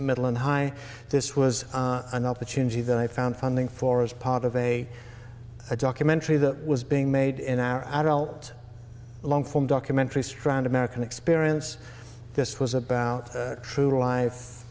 middle and high this was an opportunity that i found funding for as part of a documentary that was being made in our adult long form documentary strand american experience this was about true